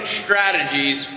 strategies